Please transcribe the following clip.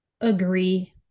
agree